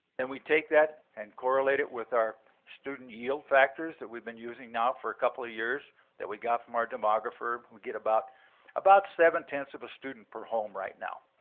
and we take that and correlate it with our student yield factors that we've been using now for a couple of years that we got from our demographer. we get about about seven ten so of a student per home right now.